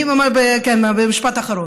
אני אומר במשפט אחרון: